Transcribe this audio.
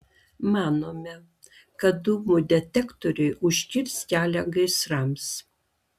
manome kad dūmų detektoriai užkirs kelią gaisrams